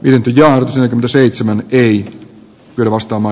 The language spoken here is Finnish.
lintuja jo seitsemän eri perustama